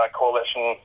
coalition